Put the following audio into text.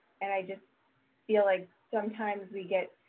and i just feel like sometimes we get,